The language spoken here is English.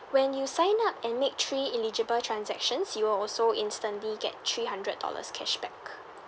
when you sign up and make three eligible transactions you will also instantly get three hundred dollars cashback